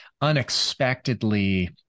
unexpectedly